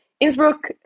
Innsbruck